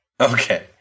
Okay